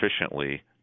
efficiently